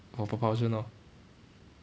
for propulsion lor